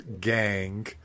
gang